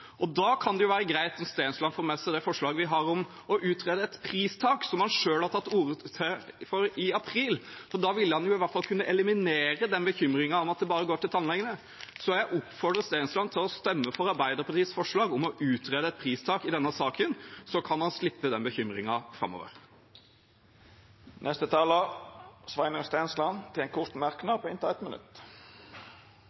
Da kan det jo være greit hvis Stensland får med seg det forslaget vi har om å utrede et pristak, som han selv tok til orde for i april, for da ville han i hvert fall kunnet eliminere bekymringen om at det bare går til tannlegene. Jeg oppfordrer Stensland til å stemme for Arbeiderpartiet, Senterpartiet og Sosialistisk Venstrepartis forslag om å utrede et pristak i denne saken, så kan han slippe den bekymringen framover. Representanten Sveinung Stensland har hatt ordet to gonger tidlegare og får ordet til ein kort merknad,